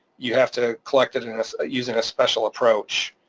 you have to collect it and using a special approach,